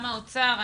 גם האוצר,